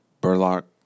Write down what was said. Burlock